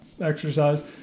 exercise